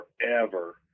forever